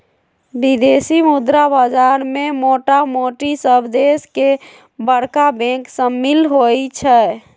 विदेशी मुद्रा बाजार में मोटामोटी सभ देश के बरका बैंक सम्मिल होइ छइ